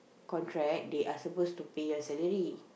contract they are supposed to pay your salary